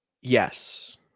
yes